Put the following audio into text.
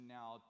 now